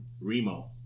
Remo